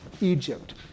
Egypt